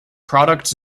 products